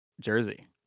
jersey